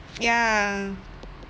ya